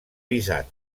visat